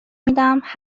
میدمهر